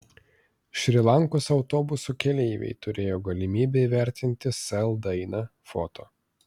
šri lankos autobuso keleiviai turėjo galimybę įvertinti sel dainą foto